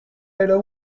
era